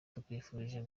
tukwifurije